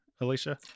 alicia